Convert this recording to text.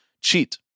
Cheat